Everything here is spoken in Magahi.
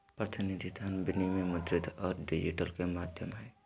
प्रतिनिधि धन विनिमय मुद्रित और डिजिटल के माध्यम हइ